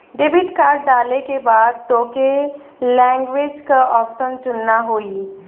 debit card डाले के बाद तोके लैंग्वेज क ऑप्शन चुनना होई